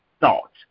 thought